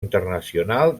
internacional